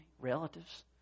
relatives